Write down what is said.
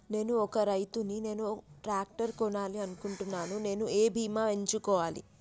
నేను ఒక రైతు ని నేను ట్రాక్టర్ కొనాలి అనుకుంటున్నాను నేను ఏ బీమా ఎంచుకోవాలి?